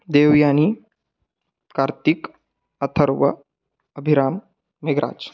देवयानि कार्तिकः अथर्वः अभिरामः मेघराजः